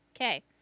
Okay